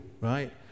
right